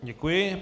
Děkuji.